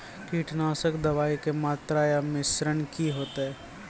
कीटनासक दवाई के मात्रा या मिश्रण की हेते?